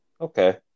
Okay